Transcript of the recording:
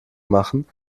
machen